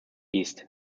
east